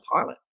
pilot